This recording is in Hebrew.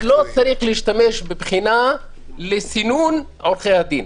-- ולכן לא צריך להשתמש בבחינה לסינון עורכי הדין.